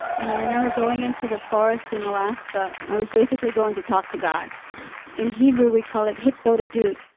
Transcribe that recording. and i remember going into the forest in alaska, i was basically going to talk to god in hebrew we call it hitbodedut.